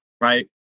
right